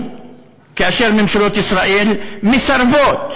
כאשר ממשלות ישראל מסרבות